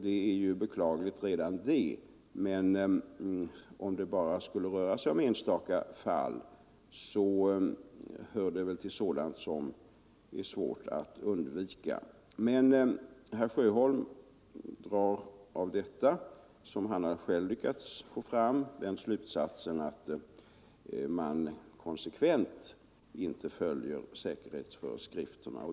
Det är beklagligt redan det, men om det bara skulle röra sig om enstaka fall så hör det väl till sådant som är svårt att undvika. Men herr Sjöholm drar av de exempel som han själv lyckats få fram den slutsatsen att man konsekvent inte följer säkerhetsföreskrifterna.